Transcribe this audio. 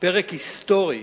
פרק היסטורי